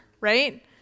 right